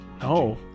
No